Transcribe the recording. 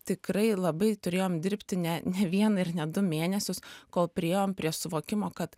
tikrai labai turėjom dirbti ne ne vieną ir ne du mėnesius kol priėjom prie suvokimo kad